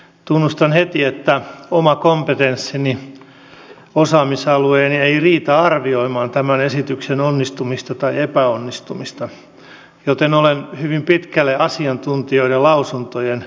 tunnustan heti että oma kompetenssini osaamisalueeni ei riitä arvioimaan tämän esityksen onnistumista tai epäonnistumista joten olen hyvin pitkälle asiantuntijoiden lausuntojen varassa